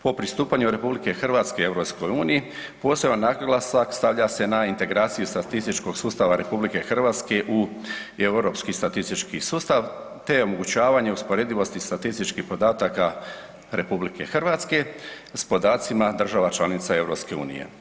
Po pristupanju RH EU poseban naglasak stavlja se na integraciju statističkog sustava RH u Europski statistički sustav te omogućavanje usporedivosti statističkih podataka RH s podacima država članica EU.